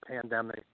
pandemic